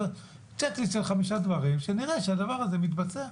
צ'ק ליסט של חמישה דברים שנראה שהדבר הזה מתבצע,